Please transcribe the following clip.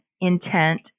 intent